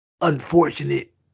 unfortunate